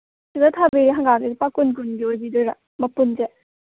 ꯁꯤꯗ ꯊꯥꯕꯤꯔꯤ ꯍꯪꯒꯥꯝꯁꯤ ꯂꯨꯄꯥ ꯀꯨꯟ ꯀꯨꯟꯒꯤ ꯑꯣꯏꯕꯤꯗꯣꯏꯔꯥ ꯃꯄꯨꯟꯁꯦ